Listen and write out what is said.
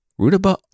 Rudaba